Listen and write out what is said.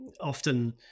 often